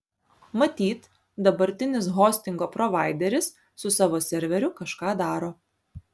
matyt dabartinis hostingo provaideris su savo serveriu kažką daro